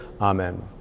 amen